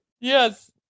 Yes